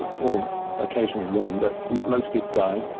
or occasionally woman, but mostly guy,